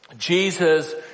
Jesus